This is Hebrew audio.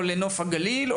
לנוף הגליל,